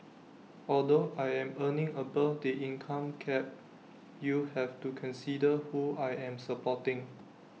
although I am earning above the income cap you have to consider who I am supporting